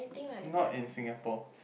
not in Singapore